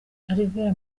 alvera